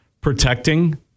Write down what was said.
protecting